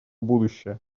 будущее